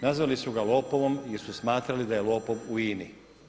Nazvali su ga lopovom jer su smatrali da je lopov u INA-i.